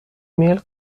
ایمیل